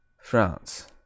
France